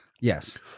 Yes